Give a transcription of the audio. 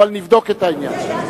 אבל נבדוק את העניין.